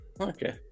Okay